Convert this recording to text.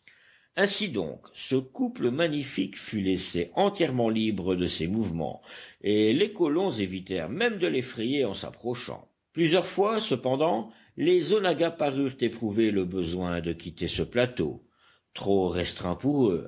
ainsi donc ce couple magnifique fut laissé entièrement libre de ses mouvements et les colons évitèrent même de l'effrayer en s'approchant plusieurs fois cependant les onaggas parurent éprouver le besoin de quitter ce plateau trop restreint pour eux